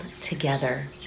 together